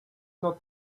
not